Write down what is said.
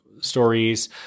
stories